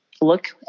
look